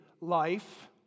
life